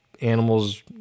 animals